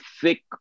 thick